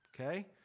Okay